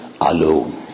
alone